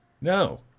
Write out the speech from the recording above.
No